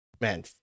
man